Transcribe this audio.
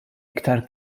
iktar